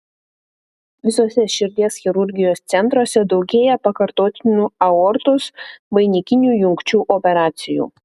visuose širdies chirurgijos centruose daugėja pakartotinių aortos vainikinių jungčių operacijų